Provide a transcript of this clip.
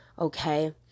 okay